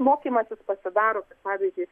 mokymasis pasidaro pavyzdžiui